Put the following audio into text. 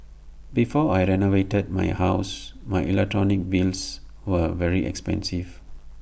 before I renovated my house my electrical bills were very expensive